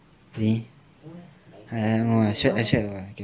really I don't know I sweat I sweat a lot